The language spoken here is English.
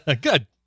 Good